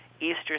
Easter